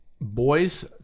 Boys